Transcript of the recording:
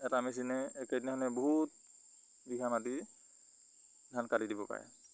এটা মেচিনে একেদিনাখনে বহুত বিঘা মাটি ধান কাটি দিব পাৰে